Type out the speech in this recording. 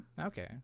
Okay